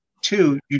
Two